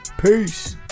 Peace